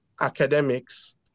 academics